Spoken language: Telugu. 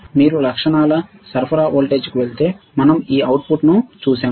మీరు లక్షణాల సరఫరా వోల్టేజ్కు వెళితే మేము ఈ అవుట్పుట్ను చూశాము